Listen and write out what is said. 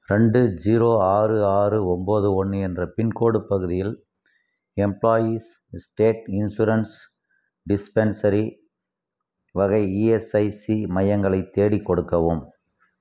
ரெண்டு ஜீரோ ஆறு ஆறு ஒம்போது ஒன்று என்ற பின்கோடு பகுதியில் எம்ப்ளாயீஸ் ஸ்டேட் இன்சூரன்ஸ் டிஸ்பென்சரி வகை இஎஸ்ஐசி மையங்களைத் தேடிக் கொடுக்கவும்